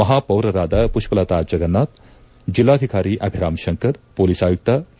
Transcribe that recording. ಮಹಾಪೌರರಾದ ಮಷ್ನಲತಾ ಜಗನ್ನಾಥ್ ಜಿಲ್ಲಾಧಿಕಾರಿ ಅಭಿರಾಮ್ ಶಂಕರ್ ಮೊಲೀಸ್ ಆಯುಕ್ತ ಕೆ